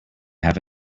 have